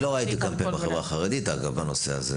אני לא ראיתי קמפיין בחברה החרדית בנושא הזה,